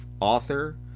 author